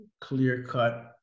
clear-cut